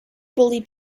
bully